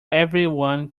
everyone